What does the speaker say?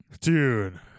dude